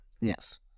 Yes